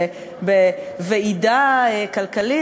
בוועידה כלכלית,